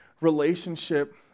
relationship